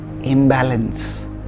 imbalance